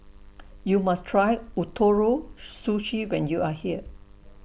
YOU must Try Ootoro Sushi when YOU Are here